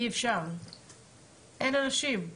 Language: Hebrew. אין אנשים,